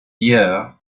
year